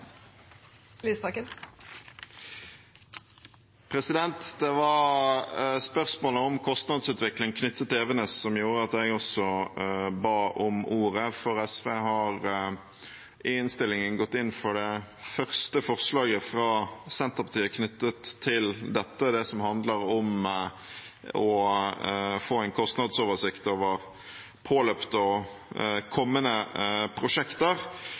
veldig bekymringsfullt. Det var spørsmålet om kostnadsutvikling knyttet til Evenes som gjorde at jeg også ba om ordet, for SV har i innstillingen gått inn for det første forslaget fra Senterpartiet knyttet til det som handler om å få en kostnadsoversikt over påløpte og kommende prosjekter.